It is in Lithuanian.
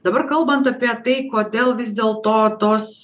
dabar kalbant apie tai kodėl vis dėlto tos